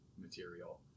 material